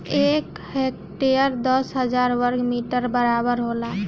एक हेक्टेयर दस हजार वर्ग मीटर के बराबर होला